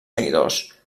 seguidors